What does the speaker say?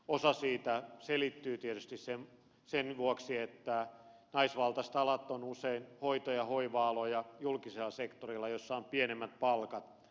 osa siitä selittyy tietysti sillä että naisvaltaiset alat ovat usein hoito ja hoiva aloja julkisella sektorilla jolla on pienemmät palkat